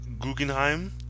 Guggenheim